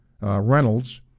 Reynolds